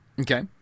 Okay